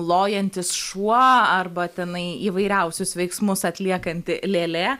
lojantis šuo arba tenai įvairiausius veiksmus atliekanti lėlė